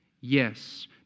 Yes